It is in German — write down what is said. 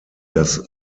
das